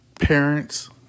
Parents